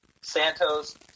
Santos